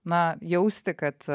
na jausti kad